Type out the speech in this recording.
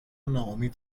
ناامید